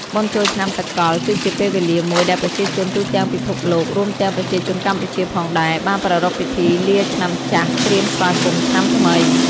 បុណ្យចូលឆ្នាំសកល គឺជាពេលវេលាមួយដែលប្រជាជនទូទាំងពិភពលោក រួមទាំងប្រជាជនកម្ពុជាផងដែរ បានប្រារព្ធពិធីលាឆ្នាំចាស់ ត្រៀមស្វាគមន៍ឆ្នាំថ្មី។